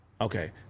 Okay